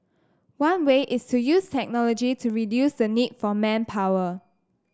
one way is to use technology to reduce the need for manpower